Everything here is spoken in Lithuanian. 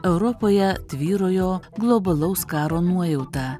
europoje tvyrojo globalaus karo nuojauta